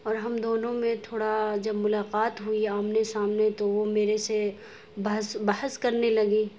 اور ہم دونوں میں تھوڑا جب ملاقات ہوئی آمنے سامنے تو وہ میرے سے بحث بحث کرنے لگی